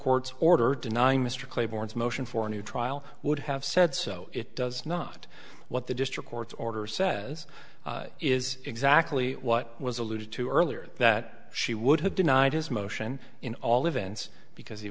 court's order denying mr claiborne's motion for a new trial would have said so it does not what the district court's order says is exactly what was alluded to earlier that she would have denied his motion in all events because he